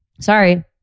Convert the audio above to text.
Sorry